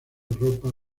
ropa